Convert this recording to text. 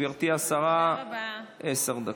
גברתי השרה, עשר דקות.